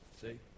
See